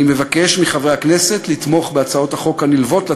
אני מבקש מחברי הכנסת לתמוך בקריאה ראשונה בהצעות החוק הנלוות לתקציב: